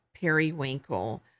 Periwinkle